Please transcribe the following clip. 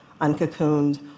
uncocooned